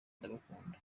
ndabakunda